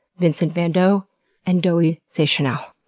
vincent van dough and doughy zeschanel.